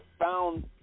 found